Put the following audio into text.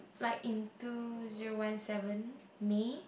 like in two zero one seven May